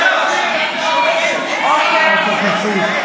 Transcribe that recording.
עופר כסיף,